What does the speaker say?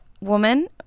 woman